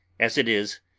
as it is,